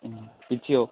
ഉം പിച്ചിയോ